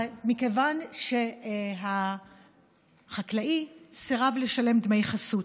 מכיוון שהחקלאי סירב לשלם דמי חסות.